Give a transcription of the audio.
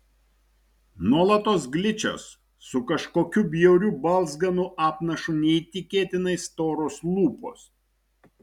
nuolatos gličios su kažkokiu bjauriu balzganu apnašu neįtikėtinai storos lūpos